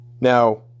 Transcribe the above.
Now